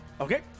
Okay